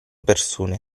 persone